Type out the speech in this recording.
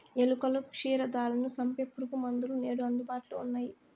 ఎలుకలు, క్షీరదాలను సంపె పురుగుమందులు నేడు అందుబాటులో ఉన్నయ్యి